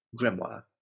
grimoire